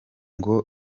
ngo